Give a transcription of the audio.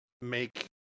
make